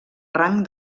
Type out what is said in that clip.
rang